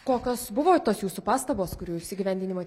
kokios buvo tos jūsų pastabos kurių jūs įgyvendinimo